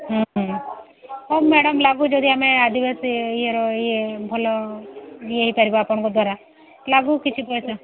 ହଁ ହଉ ମ୍ୟାଡମ୍ ଲାଗୁ ଯଦି ଆମେ ଆଦିବାସୀ ଇଏର ଇଏ ଭଲ ଇଏ ହୋଇପାରିବ ଆପଣଙ୍କ ଦ୍ୱାରା ଲାଗୁ କିଛି ପଇସା